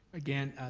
again,